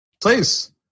Please